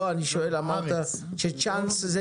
לא, אני שואל אמרת שצ'אנס זה